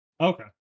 Okay